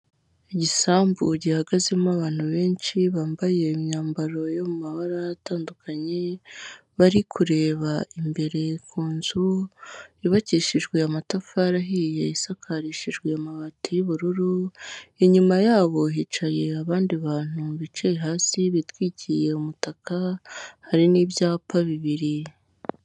Igisambu gihagazemo abantu benshi bambaye imyambaro yo mu mabara atandukanye bari kureba imbere ku nzu yubakishijwe amatafari ahiye isakarishijwe amabati y'ubururu, inyuma yabo hicaye abandi bantu bicaye hasi bitwikiye umutaka, hari n'ibyapa bibiri.